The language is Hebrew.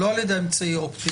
לא על ידי אמצעי אופטי.